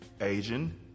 Asian